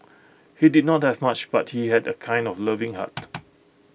he did not have much but he had A kind of loving heart